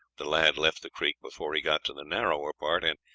the lad left the creek before he got to the narrower part, and,